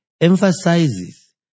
emphasizes